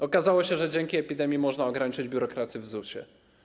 Okazało się, że dzięki epidemii można ograniczyć biurokrację w ZUS-ie.